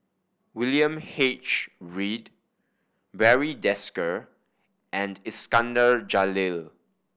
William H Read Barry Desker and Iskandar Jalil